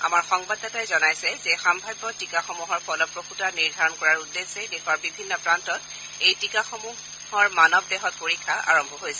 আমাৰ সংবাদদাতাই জনাইছে যে সম্ভাব্য টীকাসমূহৰ ফলপ্ৰসুতা নিৰ্ধাৰণ কৰাৰ উদ্দেশ্যে দেশৰ বিভিন্ন প্ৰান্তত এই টীকাসমূহৰ মানৱ দেহত পৰীক্ষা আৰম্ভ হৈছে